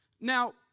Now